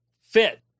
fit